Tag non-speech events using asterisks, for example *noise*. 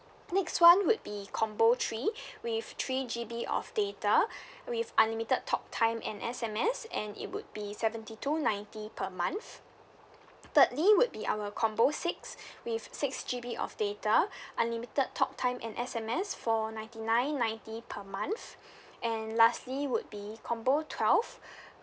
next [one] would be combo three *breath* with three G_B of data *breath* with unlimited talk time and S_M_S and it would be seventy two ninety per month thirdly would be our combo six with six G_B of data *breath* unlimited talk time and S_M_S for ninety nine ninety per month and lastly would be combo twelve *breath*